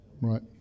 Right